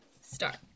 Start